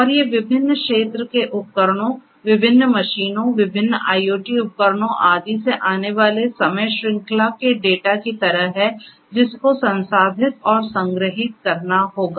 और ये विभिन्न क्षेत्र के उपकरणों विभिन्न मशीनों विभिन्न IoT उपकरणों आदि से आने वाले समय श्रृंखला के डेटा की तरह हैं जिस को संसाधित और संग्रहीत करना होगा